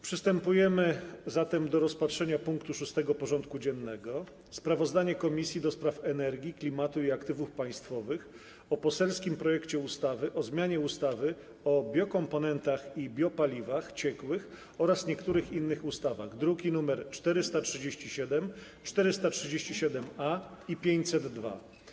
Przystępujemy do rozpatrzenia punktu 6. porządku dziennego: Sprawozdanie Komisji do Spraw Energii, Klimatu i Aktywów Państwowych o poselskim projekcie ustawy o zmianie ustawy o biokomponentach i biopaliwach ciekłych oraz niektórych innych ustaw (druki nr 437, 437-A i 502)